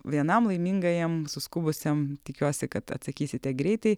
vienam laimingajam suskubusiam tikiuosi kad atsakysite greitai